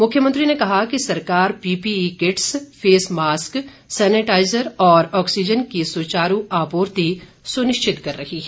मुख्यमंत्री ने कहा कि सरकार PPE kits face mask sanitiser और ऑक्सीजन की सुचारू आपूर्ति सुनिश्चित कर रही है